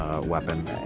weapon